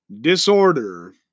disorder